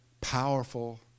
powerful